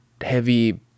heavy